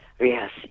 Yes